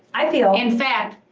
i feel in fact,